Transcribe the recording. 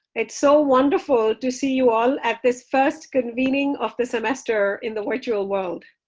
it's so wonderful to see you all at this first convening of the semester in the virtual world.